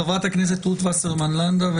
חברת הכנסת רות וסרמן לנדה.